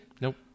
Nope